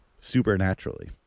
Supernaturally